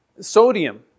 Sodium